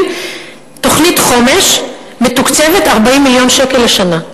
תוכנית חומש מתוקצבת 40 מיליון שקל לשנה.